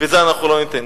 ואת זה אנחנו לא ניתן.